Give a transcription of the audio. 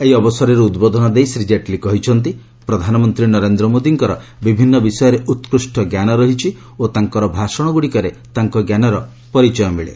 ଏହି ଅବସରରେ ଉଦ୍ବୋଧନ ଦେଇ ଶ୍ରୀ କେଟଲୀ କହିଛନ୍ତି ପ୍ରଧାନମନ୍ତ୍ରୀ ନରେନ୍ଦ୍ର ମୋଦିଙ୍କର ବିଭିନ୍ନ ବିଷୟରେ ଉତ୍କୁଷ୍ଠ ଜ୍ଞାନ ରହିଛି ଓ ତାଙ୍କର ଭାଷଣ ଗୁଡିକରେ ତାଙ୍କର ଜ୍ଞାନର ପରିଚୟ ମିଳେ